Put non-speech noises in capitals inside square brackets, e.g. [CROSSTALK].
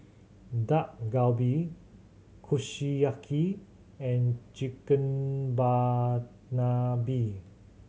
Dak Galbi Kushiyaki and [UNINTELLIGIBLE]